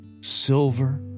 silver